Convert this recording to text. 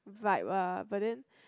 vibe ah but then